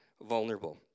vulnerable